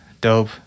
dope